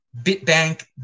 BitBank